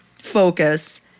focus